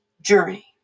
journey